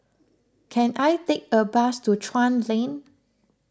can I take a bus to Chuan Lane